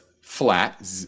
flat